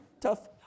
Tough